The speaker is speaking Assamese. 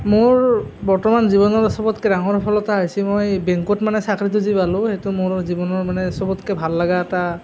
মোৰ বৰ্তমান জীৱনৰ চবতকৈ ডাঙৰ সফলতা হৈছে মই বেংকত মানে চাকৰিটো যে পালোঁ সেইটো মোৰ জীৱনৰ মানে চবতকৈ ভাল লগা এটা